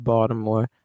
Baltimore